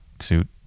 suit